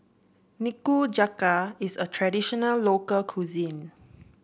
nikujaga is a traditional local cuisine